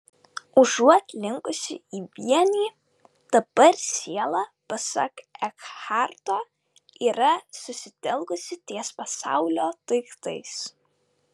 užuot linkusi į vienį dabar siela pasak ekharto yra susitelkusi ties pasaulio daiktais